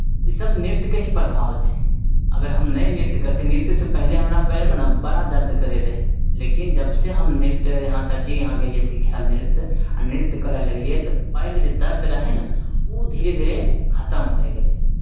इसभ नृत्यके ही प्रभाव छै अगर हम नहि नृत्य करतियै नृत्यसँ पहिले हमरा पैरमे ने बड़ा दर्द करैत रहय लेकिन जबसँ हम नृत्य यहाँ सरजी यहाँ गेलियै सिखय लए नृत्य आ नृत्य करय लगलियै पैरके जे दर्द रहै ने ओ धीरे धीरे खतम होय गेलै